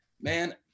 man